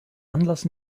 anlass